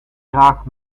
graag